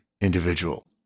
individual